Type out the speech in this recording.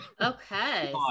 Okay